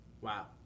Wow